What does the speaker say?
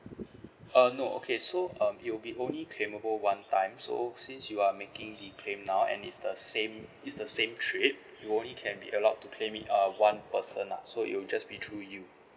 err no okay so um it'll be only claimable one time so since you are making the claim now and it's the same it's the same trip you only can be allowed to claim it uh one person lah so it'll just be through you